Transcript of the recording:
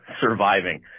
surviving